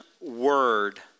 word